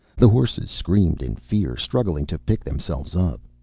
the horses screamed in fear, struggling to pick themselves up.